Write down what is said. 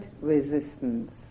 resistance